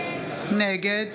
נגד